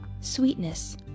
Sweetness